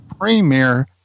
premier